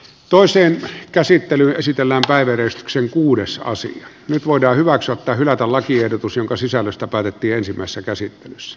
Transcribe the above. toiseen käsittelyyn esitellä päivää veistoksen nyt voidaan hyväksyä tai hylätä lakiehdotus jonka sisällöstä päätettiin ensimmäisessä käsittelyssä